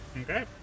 Okay